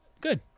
good